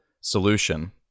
solution